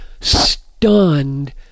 stunned